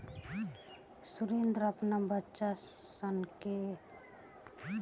सुरेंद्र आपन बच्चा सन से कहलख की चलऽसन तोहनी के देखाएम कि बिया से रेशा कइसे निकलाल जाला